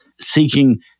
seeking